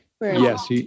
Yes